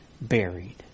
Buried